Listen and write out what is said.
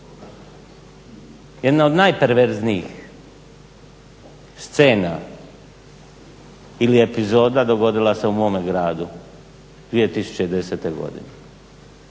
Jedna od najperverznijih scena ili epizoda dogodila se u mome gradu 2010.godine.